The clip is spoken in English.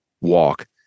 walk